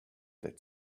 that